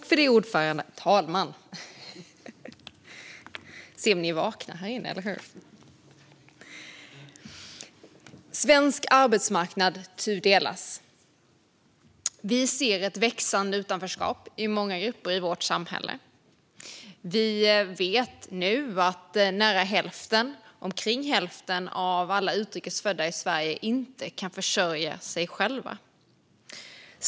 Fru talman! Svensk arbetsmarknad tudelas. Vi ser ett växande utanförskap i många grupper i vårt samhälle. Vi vet nu att omkring hälften av alla utrikes födda i Sverige inte kan försörja sig själva.